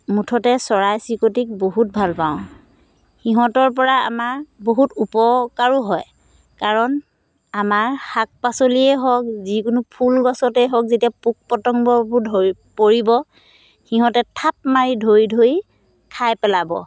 মুঠতে চৰাই চিৰিকতিক বহুত ভালপাওঁ সিহঁতৰপৰা আমাৰ বহুত উপকাৰো হয় কাৰণ আমাৰ শাক পাচলিয়ে হওক যিকোনো ফুল গছতেই হওক যেতিয়া পোক পতংগবোৰ ধৰিব পৰিব সিহঁতে থাপ মাৰি ধৰি ধৰি খাই পেলাব